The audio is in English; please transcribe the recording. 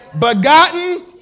begotten